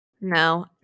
No